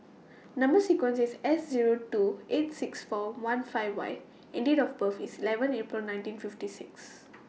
Number sequence IS S Zero two eight six four one five Y and Date of birth IS eleven April nineteen fifty six